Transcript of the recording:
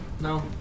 No